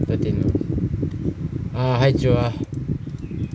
thirteen lah ah 还久 ah